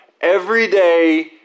everyday